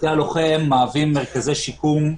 בתי הלוחם מהווים מרכזי שיקום,